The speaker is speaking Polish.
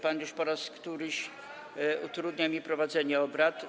Pan już po raz któryś utrudnia mi prowadzenie obrad.